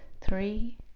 three